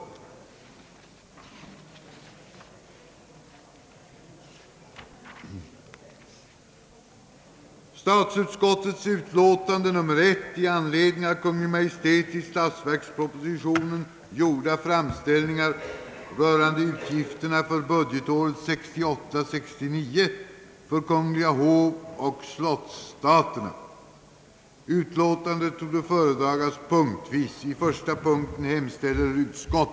dels att riksdagen måtte med avslag på Kungl. Maj:ts proposition nr 1, såvitt här vore i fråga, ur budgeten, med undantag för anslag under beteckningen »avlöningar», avföra samtliga anslags